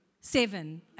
Seven